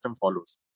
follows